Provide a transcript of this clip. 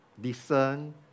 discern